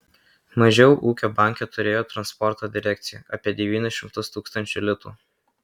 mažiau ūkio banke turėjo transporto direkcija apie devynis šimtus tūkstančių litų